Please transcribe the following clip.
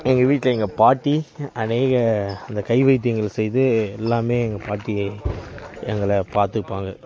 எங்கள் வீட்டில எங்கள் பாட்டி அநேக அந்த கை வைத்தியங்கள் செய்து எல்லாமே எங்கள் பாட்டி எங்களை பார்த்துப்பாங்க